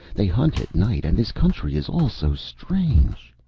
they hunt at night and this country is all so strange.